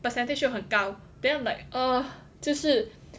percentage 又很高 then I'm like oh 这是